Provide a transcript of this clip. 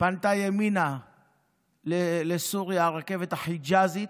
פנתה ימינה לסוריה, הרכבת החיג'אזית,